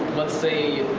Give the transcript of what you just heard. let's say,